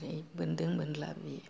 बेन्दों बेला बियो